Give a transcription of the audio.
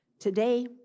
Today